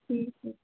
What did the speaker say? ठीक है